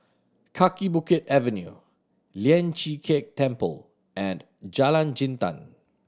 Kaki Bukit Avenue Lian Chee Kek Temple and Jalan Jintan